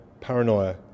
paranoia